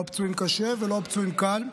לא הפצועים קשה ולא הפצועים קל.